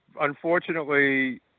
unfortunately